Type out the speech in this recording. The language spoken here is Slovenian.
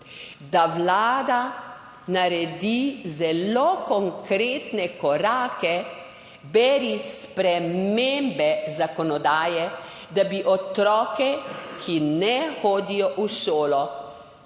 da Vlada naredi zelo konkretne korake, beri spremembe zakonodaje, da bi otroke, ki ne hodijo v šolo,